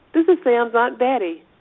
this is sam's aunt betty.